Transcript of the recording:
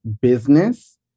business